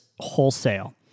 wholesale